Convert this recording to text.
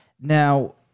Now